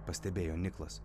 pastebėjo niklas